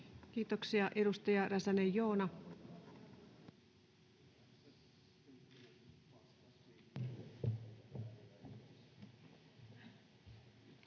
Kiitoksia. — Edustaja Räsänen, Joona.